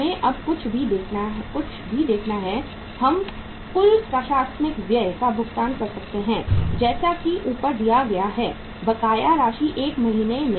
हमें अब कुछ भी देखना है हम कुल प्रशासनिक व्यय का भुगतान कर सकते हैं जैसा कि ऊपर दिया गया है बकाया राशि 1 महीने में